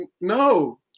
no